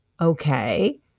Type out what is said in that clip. okay